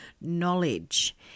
knowledge